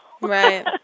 Right